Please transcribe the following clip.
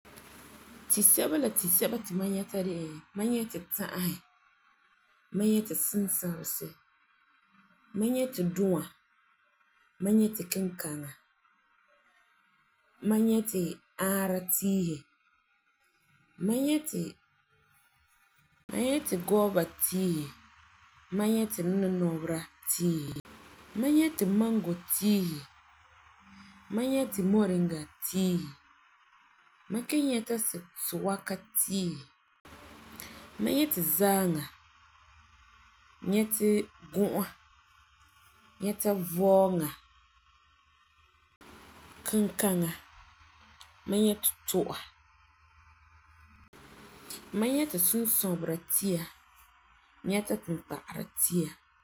Tisɛba la tisɛba to mam nyɛta la de la; mam nyɛti tã'asi, mam nyɛti sinsabesi, mam nyɛti dūa, mam nyɛti kinkaŋa, mam nyɛti ãara tiisi, mam nyɛti gooba tiisi, mam nyɛti nɛnɔbera tiisi, mam nyɛti mɔnkɔ tiisi, mam nyɛti moriŋa tiisi mam kelum nyɛta siwaka tiisi, mam nyɛti zãŋa, nyɛti gū'a, nyɛta vɔɔŋa, kinkaŋa, mam nyɛti tu'a, mam nyɛti sinsobera tia, nyɛta kinkagera.